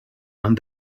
and